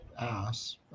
ass